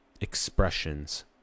expressions